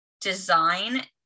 design